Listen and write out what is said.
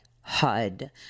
HUD